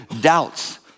doubts